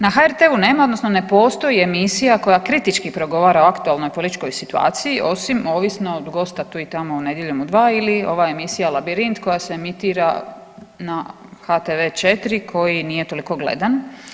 Na HRT-u nema odnosno ne postoji emisija koja kritički progovara o aktualnoj političkoj situaciji osim ovisno od gosta tu i tamo u Nedjeljom u 2 ili ova emisija Labirint koja se emitira na HTV 4 koji nije toliko gledan.